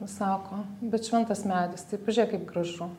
sako bet šventas medis tai pažiūrėk kaip gražu